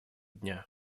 дня